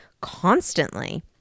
constantly